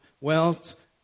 wealth